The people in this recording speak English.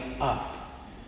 up